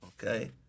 Okay